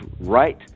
right